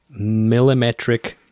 Millimetric